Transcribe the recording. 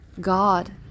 God